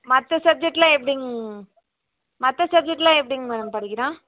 மற்ற சப்ஜெக்ட்லாம் எப்டிங்க மற்ற சப்ஜெக்ட்லாம் எப்படிங்க மேடம் படிக்கிறான்